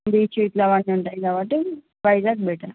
beach ఇట్లా అట్లా ఉంటాయి కాబట్టి వైజాగ్ బెటర్